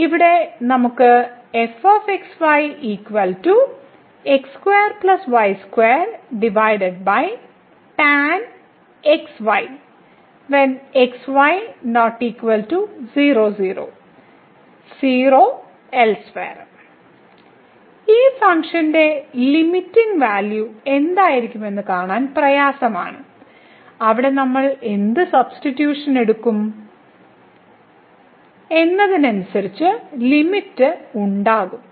ഇവിടെ നമുക്ക് ഈ ഫംഗ്ഷന്റെ ലിമിറ്റിങ് വാല്യൂ എന്തായിരിക്കുമെന്ന് കാണാൻ പ്രയാസമാണ് അവിടെ നമ്മൾ എന്ത് സബ്സ്റ്റിട്യൂഷൻ എടുക്കും എന്നതിനനുസരിച്ചു ലിമിറ്റ് ഉണ്ടാകും